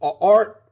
art